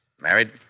Married